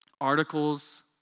articles